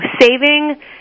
saving